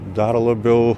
dar labiau